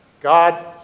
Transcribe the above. God